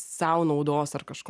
sau naudos ar kažko